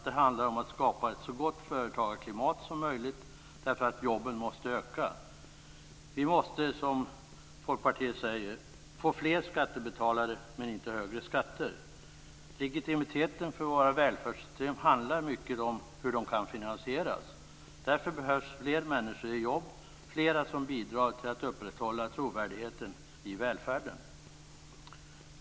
Det handlar om att skapa ett så gott företagarklimat som möjligt därför att jobben måste öka. Vi måste enligt Folkpartiet få fler skattebetalare men inte högre skatter. Legitimiteten för våra välfärdssystem handlar mycket om hur de kan finansieras. Det behövs fler människor i jobb - flera som bidrar till att upprätthålla trovärdigheten i välfärden.